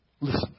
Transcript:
Listen